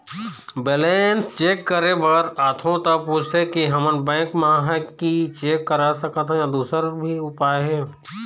Balance check करे बर आथे ता पूछथें की हमन बैंक मा ही चेक करा सकथन या दुसर भी उपाय हे?